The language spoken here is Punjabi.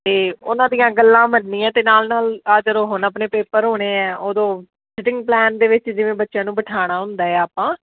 ਅਤੇ ਉਹਨਾਂ ਦੀਆਂ ਗੱਲਾਂ ਮੰਨਣੀਆਂ ਅਤੇ ਨਾਲ ਨਾਲ ਆਹ ਜਦੋਂ ਹੁਣ ਆਪਣੇ ਪੇਪਰ ਹੋਣੇ ਹੈ ਉਦੋਂ ਸਿਟਿੰਗ ਪਲਾਨ ਦੇ ਵਿੱਚ ਜਿਵੇਂ ਬੱਚਿਆਂ ਨੂੰ ਬਿਠਾਉਣਾ ਹੁੰਦਾ ਹੈ ਆਪਾਂ